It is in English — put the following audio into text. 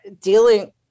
dealing